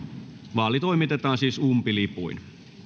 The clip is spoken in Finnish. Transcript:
vaali toimitetaan siis umpilipuin